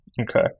Okay